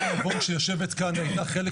צריך לומר שמירי נבון שיושבת כאן הייתה חלק